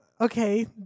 okay